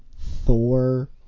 thor